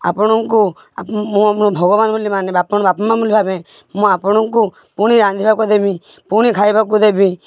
ଆପଣଙ୍କୁ ମୁଁ ମୋ ଭଗବାନ ବୋଲି ମାନେ ବାପ ମାଆ ବୋଲି ଭାବେ ମୁଁ ଆପଣଙ୍କୁ ପୁଣି ରାନ୍ଧିବାକୁ ଦେବି ପୁଣି ଖାଇବାକୁ ଦେବି